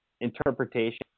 interpretation